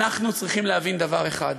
אנחנו צריכים להבין דבר אחד: